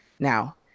Now